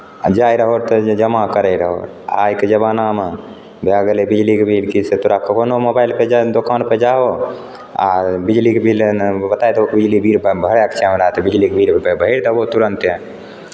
जाइ रहौ तऽ जे जमा करैत रहौ आइके जमानामे भए गेलै बिजलीके बिल कि से तोरा कोनो मोबाइलपर जाहो दोकानपर जाहो आ बिजलीके बिल बताए दहो बिजलीके बिल भर भरयके छै हमरा तऽ बिजलीके बिल भरि देबहु तुरन्ते